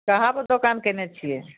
चाहोके दोकान कयने छियै